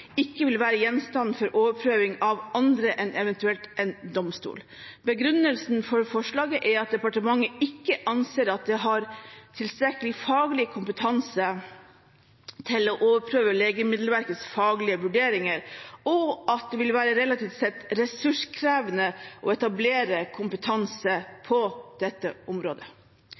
ikke vil være gjenstand for overprøving av andre enn eventuelt en domstol. Begrunnelsen for forslaget er at departementet ikke anser at det har tilstrekkelig faglig kompetanse til å overprøve Legemiddelverkets faglige vurderinger, og at det relativt sett vil være ressurskrevende å etablere kompetanse på dette området.